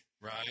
right